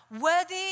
worthy